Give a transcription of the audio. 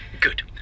Good